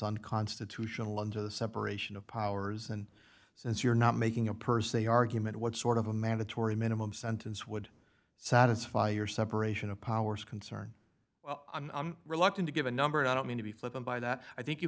unconstitutional under the separation of powers and since you're not making a person argument what sort of a mandatory minimum sentence would satisfy your separation of powers concern i'm reluctant to give a number and i don't mean to be flip and by that i think you